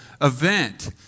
event